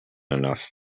enough